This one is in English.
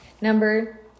number